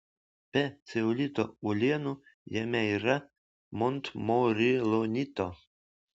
be ceolito uolienų jame yra montmorilonito